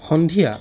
সন্ধিয়া